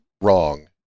wrong